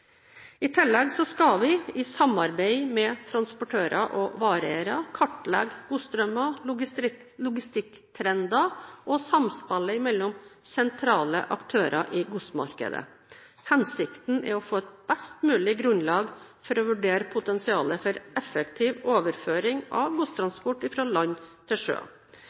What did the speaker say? I tillegg skal vi, i samarbeid med transportører og vareeiere, kartlegge godsstrømmer, logistikktrender og samspillet mellom sentrale aktører i godsmarkedet. Hensikten er å få et best mulig grunnlag for å vurdere potensialet for effektiv overføring av godstransport fra land til sjø.